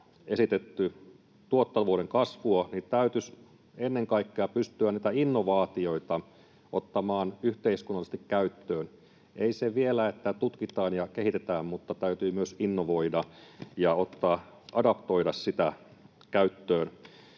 esitetty, tuottavuuden kasvua, täytyisi ennen kaikkea pystyä niitä innovaatioita ottamaan yhteiskunnallisesti käyttöön. Ei se vielä, että tutkitaan ja kehitetään, vaan täytyy myös innovoida ja adaptoida niitä käyttöön.